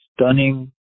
stunning